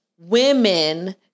women